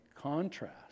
contrast